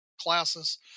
classes